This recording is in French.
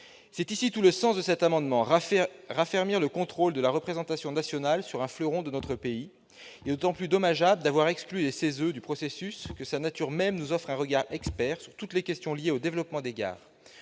C'est tout le sens de cet amendement, qui vise à raffermir le contrôle de la représentation nationale sur un fleuron de notre pays. Il est d'autant plus dommageable d'avoir exclu le CESE du processus que sa nature même nous offre un regard expert sur toutes les questions liées au développement des gares.